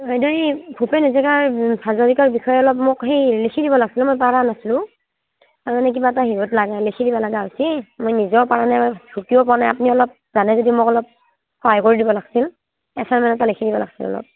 বাইদেউ এই ভূপেন হাজৰিকাৰ হাজৰিকাৰ বিষয়ে অলপ মোক সেই লিখি দিব লাগছিল মই পাৰা নাছিলোঁ আৰু মানে কিবা এটা হেৰিয়ত লাগে লিখি দিব লাগা হৈছি মই নিজেও পাৰা নাই মই বুজিও পোৱা নাই আপুনি অলপ জানে যদি মোক অলপ সহায় কৰি দিব লাগছিল এছাইনমেণ্ট এটা লিখি দিব লাগছিল অলপ